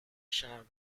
شنوم